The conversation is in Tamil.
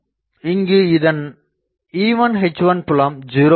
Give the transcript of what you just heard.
இங்கு இதன் E1 H1 புலம் 0 ஆகும்